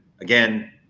Again